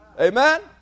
Amen